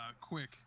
quick